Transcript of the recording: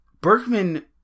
Berkman